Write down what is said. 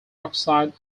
oxide